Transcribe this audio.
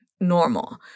normal